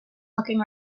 looking